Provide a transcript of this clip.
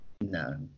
No